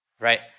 Right